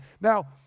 Now